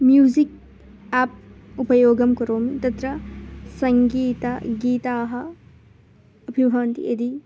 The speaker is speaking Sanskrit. म्युसिक् आप् उपयोगं कुरोमि तत्र सङ्गीतं गीताः व्याहान्त् यदि